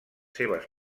seves